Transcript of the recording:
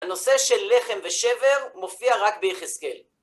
הנושא של לחם ושבר מופיע רק ביחזקאל.